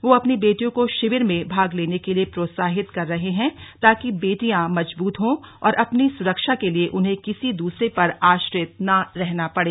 वो अपनी बेटियों को शिविर में भाग लेने के लिए प्रोत्साहित कर रहे हैं ताकि बेटियां मजबूत हों और अपनी सुरक्षा के लिए उन्हें किसी दूसरे पर आश्रित न रहना पड़े